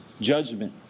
Judgment